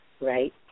right